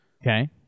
Okay